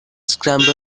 scrambled